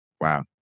Wow